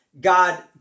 God